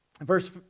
Verse